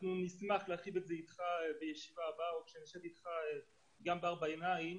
ונשמח להרחיב על כך איתך בישיבה הבאה או כשנשב איתך גם בארבע עיניים,